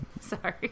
Sorry